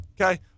Okay